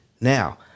Now